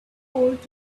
gold